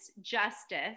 justice